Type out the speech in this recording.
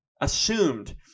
assumed